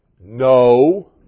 No